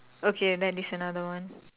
okay then this another one